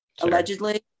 allegedly